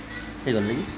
শেষ হ'ল নেকি